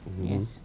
Yes